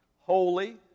Holy